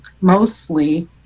mostly